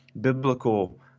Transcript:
biblical